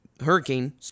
Hurricane